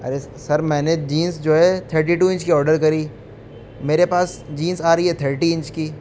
ارے sir میں نے jeans جو ہے تھرٹی ٹو انچ کی آڈر کری میرے پاس جینس آ رہی ہے تھرٹی انچ کی